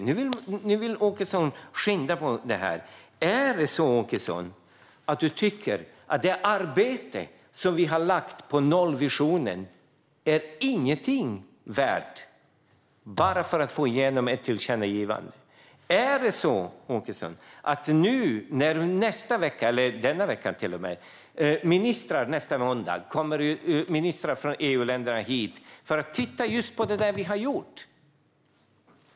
Nu vill Åkesson skynda på. Tycker Åkesson att det arbete vi har lagt på nollvisionen är inget värt - bara för att få igenom ett tillkännagivande? Nästa måndag kommer ministrar från EU-länderna hit för att titta på det arbete som har gjorts.